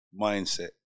mindset